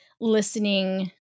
listening